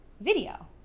video